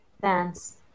dance